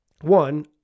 one